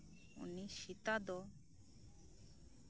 ᱩᱱᱤ ᱥᱮᱛᱟ ᱫᱚ